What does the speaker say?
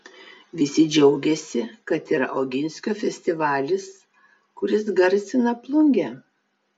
kiti džiaugiasi kad yra oginskio festivalis kuris garsina plungę